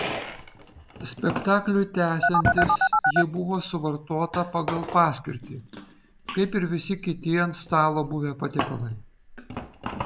spektakliui tęsiantis ji buvo suvartota pagal paskirtį kaip ir visi kiti ant stalo buvę patiekalai